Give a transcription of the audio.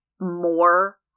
more